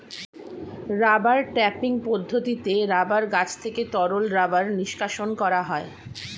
rubber tapping পদ্ধতিতে rubber গাছ থেকে তরল রাবার নিষ্কাশণ করা হয়